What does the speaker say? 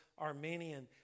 Armenian